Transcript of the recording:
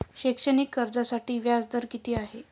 शैक्षणिक कर्जासाठी व्याज दर किती आहे?